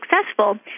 successful